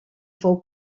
fou